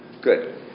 Good